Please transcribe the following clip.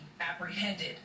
apprehended